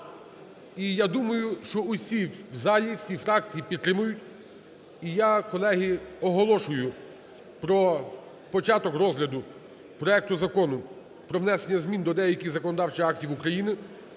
І я думаю, що усі в залі, всі фракції підтримають. І я, колеги, оголошую про початок розгляду проекту Закону про внесення змін до деяких законодавчих актів України